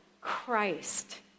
Christ